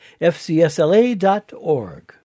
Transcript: fcsla.org